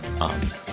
on